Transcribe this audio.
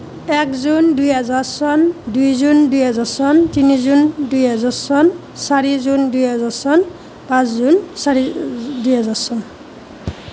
এক জুন দুই হাজাৰ চন দুই জুন দুই হাজাৰ চন তিনি জুন দুই হাজাৰ চন চাৰি জুন দুই হাজাৰ চন পাঁচ জুন চাৰি দুই হাজাৰ চন